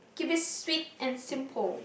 keep it sweet and simple